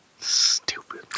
Stupid